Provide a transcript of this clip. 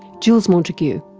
jules montague